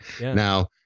Now